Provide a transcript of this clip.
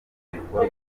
ibikorwa